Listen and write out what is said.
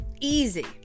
easy